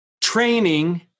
training